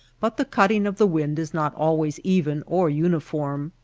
but the cutting of the wind is not always even or uniform,